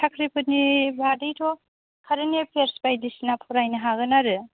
साख्रि फोरनि बादैथ' कारेन्ट एफियार्च बायदिसिना फरायनो हागोन आरो